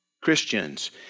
Christians